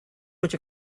which